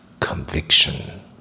conviction